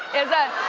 is a.